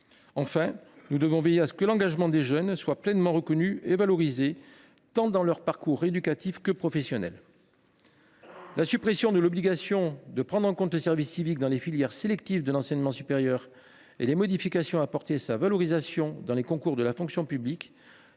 Enfin, nous devons veiller à ce que l’engagement des volontaires soit pleinement reconnu et valorisé, dans leur parcours tant éducatif que professionnel. La suppression de l’obligation de prendre en compte le service civique dans les filières sélectives de l’enseignement supérieur et les modifications apportées à sa valorisation dans les concours de la fonction publique